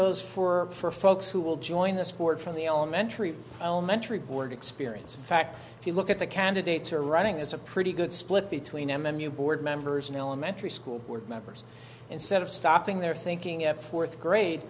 goes for folks who will join the sport from the elementary elementary board experience fact if you look at the candidates are running as a pretty good split between m m u board members and elementary school board members instead of stopping their thinking at fourth grade